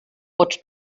pots